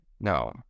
No